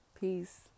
Peace